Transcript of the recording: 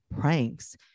pranks